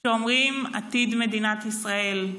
כשאומרים: עתיד מדינת ישראל,